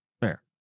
Fair